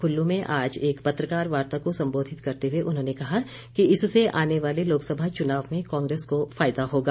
कुल्लू में आज एक पत्रकार वार्ता को संबोधित करते हुए उन्होंने कहा कि इससे आने वाले लोकसभा चुनाव में कांग्रेस को फायदा होगा